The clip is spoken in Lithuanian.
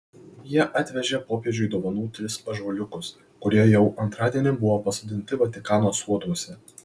jie atvežė popiežiui dovanų tris ąžuoliukus kurie jau antradienį buvo pasodinti vatikano soduose